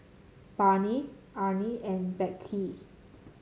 Barney Arne and Beckett